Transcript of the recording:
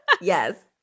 Yes